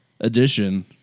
edition